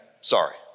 sorry